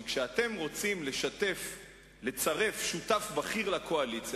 שכשאתם רוצים לצרף שותף בכיר לקואליציה,